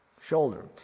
shoulder